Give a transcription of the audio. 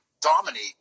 dominate